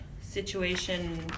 situation